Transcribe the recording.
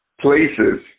places